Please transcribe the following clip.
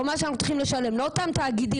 או מה שאנחנו צריכים לשלם לאותם תאגידים,